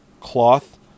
cloth